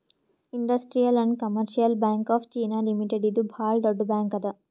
industrial and commercial bank of China limited ಇದು ಭಾಳ್ ದೊಡ್ಡ ಬ್ಯಾಂಕ್ ಅದಾ